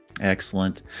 Excellent